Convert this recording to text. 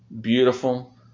beautiful